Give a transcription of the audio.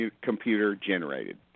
computer-generated